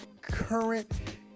current